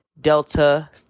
Delta